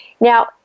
Now